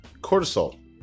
cortisol